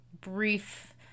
brief